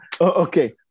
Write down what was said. okay